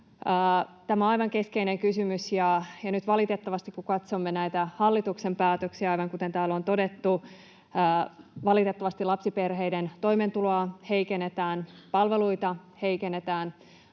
Tämä on aivan keskeinen kysymys, ja nyt valitettavasti, kun katsomme näitä hallituksen päätöksiä, aivan kuten täällä on todettu, lapsiperheiden toimeentuloa heikennetään, palveluita heikennetään,